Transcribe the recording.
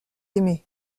aimé